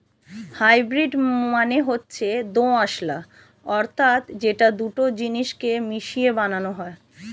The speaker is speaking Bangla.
হাইব্রিড মানে হচ্ছে দোআঁশলা অর্থাৎ যেটা দুটো জিনিস কে মিশিয়ে বানানো হয়